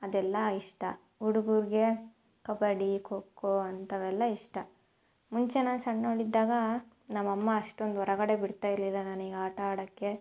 ಅದೆಲ್ಲ ಇಷ್ಟ ಹುಡುಗರಿಗೆ ಕಬಡ್ಡಿ ಕೊಕ್ಕೋ ಅಂಥವೆಲ್ಲ ಇಷ್ಟ ಮುಂಚೆ ನಾನು ಸಣ್ಣವಳಿದ್ದಾಗ ನಮ್ಮ ಅಮ್ಮ ಅಷ್ಟೊಂದು ಹೊರಗಡೆ ಬಿಡ್ತಾ ಇರಲಿಲ್ಲ ನನಗ್ ಆಟ ಆಡೋಕ್ಕೆ